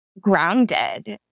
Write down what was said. grounded